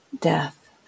death